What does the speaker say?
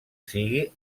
sigui